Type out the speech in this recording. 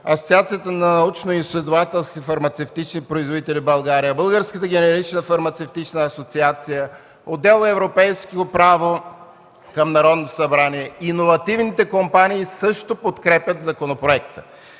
Асоциацията на научно-изследователски фармацевтични производители в България, Българската генерична фармацевтична асоциация, отдел „Европейско право” към Народното събрание, иновативните компании също подкрепят законопроекта.